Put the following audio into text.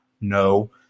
No